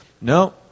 no